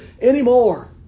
anymore